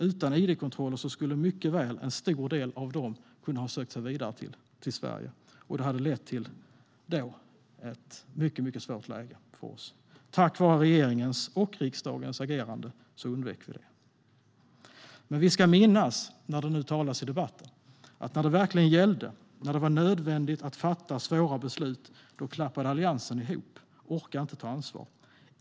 Utan id-kontroller skulle en stor del av dem mycket väl ha kunnat söka sig vidare till Sverige. Det hade lett till ett mycket svårt läge för oss. Tack vare regeringens och riksdagens agerande undvek vi det. Men vi ska minnas när det nu talas i debatten att när det verkligen gällde, när det var nödvändigt att fatta svåra beslut, då klappade Alliansen ihop. Man orkade inte ta ansvar.